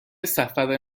سفر